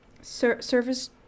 service